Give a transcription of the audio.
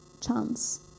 chance